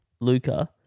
Luca